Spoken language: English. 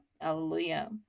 Hallelujah